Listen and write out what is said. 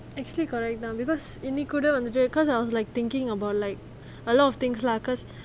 actually correct lah because இன்னிக்கி கூட வந்துட்டு:iniki kuda vanthutu because I was like thinking about like a lot of things lah because